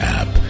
app